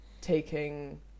taking